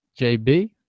JB